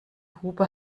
hupe